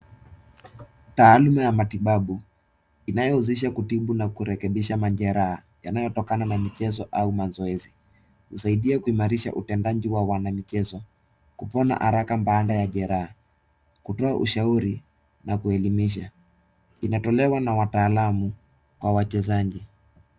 Taaluma ya matibabu, inayowezesha kutibu na kurekebisha majeraha, yanayotokana na michezo au mazoezi. Husaidia kuimarisha utendaji wa wana michezo, kupona haraka baada ya majeraha, kutoa ushauri na kuwaelimisha. Inatolewa na wataalam kwa wachezaji.